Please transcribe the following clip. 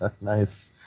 nice